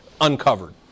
uncovered